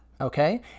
okay